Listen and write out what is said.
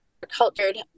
cultured